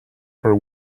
her